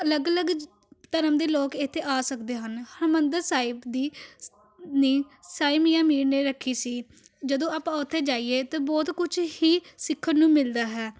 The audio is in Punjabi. ਅਲੱਗ ਅਲੱਗ ਧਰਮ ਦੇ ਲੋਕ ਇੱਥੇ ਆ ਸਕਦੇ ਹਨ ਹਰਿਮੰਦਰ ਸਾਹਿਬ ਦੀ ਨੀਂਹ ਸਾਈ ਮੀਆਂ ਮੀਰ ਨੇ ਰੱਖੀ ਸੀ ਜਦੋਂ ਆਪਾਂ ਉੱਥੇ ਜਾਈਏ ਤਾਂ ਬਹੁਤ ਕੁਝ ਹੀ ਸਿੱਖਣ ਨੂੰ ਮਿਲਦਾ ਹੈ